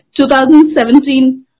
2017